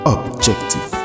Objective